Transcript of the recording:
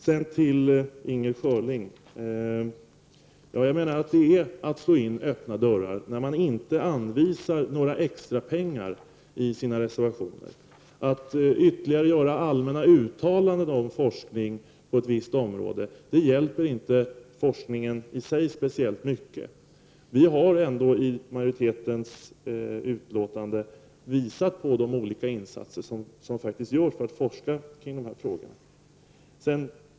Sedan till Inger Schörling: Jag menar att det är att slå in öppna dörrar, när man inte anvisar några extra pengar i sina reservationer. Att ytterligare göra allmänna uttalanden om forskning på ett visst område hjälper inte forskningen i sig speciellt mycket. I majoritetens skrivning har vi ändå visat på de olika insatser som faktiskt görs för att forska kring dessa frågor.